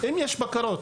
אם יש בקרות